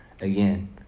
again